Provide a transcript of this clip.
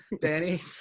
Danny